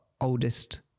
oldest